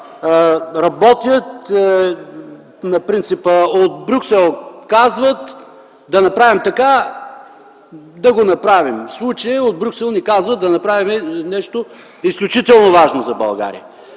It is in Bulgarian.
работят на принципа: „От Брюксел казват да направим така. Да го направим!” В случая от Брюксел ни казват да направим нещо изключително важно за България.